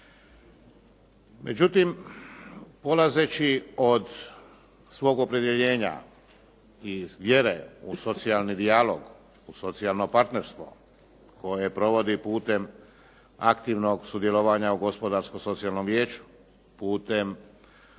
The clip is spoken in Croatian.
Međutim, polazeći od svog opredjeljenja i vjere u socijalni dijalog, socijalno partnerstvo koje provodi putem aktivnog sudjelovanja u Gospodarsko-socijalnom vijeću, putem